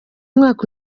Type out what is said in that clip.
mwaka